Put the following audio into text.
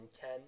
Ken